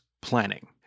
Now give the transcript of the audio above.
planning